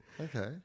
okay